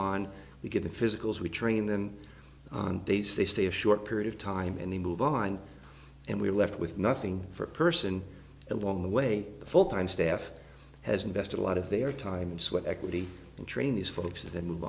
on we get the physicals we train them on days they stay a short period of time and they move on and we're left with nothing for a person along the way the full time staff has invested a lot of their times what equity and training these folks then move